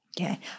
Okay